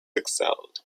excelled